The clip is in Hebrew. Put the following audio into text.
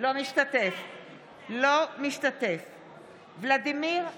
משתתף בהצבעה ולדימיר בליאק,